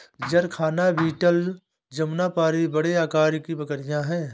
जरखाना बीटल जमुनापारी बड़े आकार की बकरियाँ हैं